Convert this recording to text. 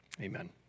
amen